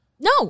No